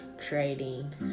trading